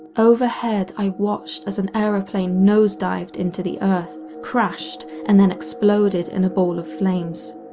overhead i watched as an airplane nose-dived into the earth, crashed and then exploded in a ball of flames.